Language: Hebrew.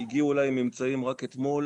הגיעו אליי ממצאים רק אתמול